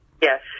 Yes